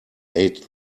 eight